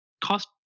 cost